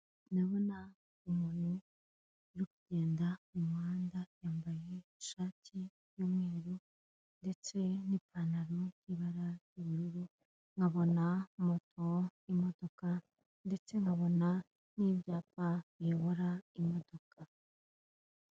Ndabona umuntu uri kugenda mu muhanda yambaye ishati y'umweru ndetse n'ipantaro y'ibara ry'ubururu, nkabona moto, imodoka ndetse nkabona n'ibyapa biyobora imodoka.